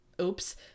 oops